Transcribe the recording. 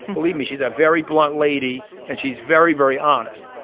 believe me she's a very blunt lady and she's very very honest.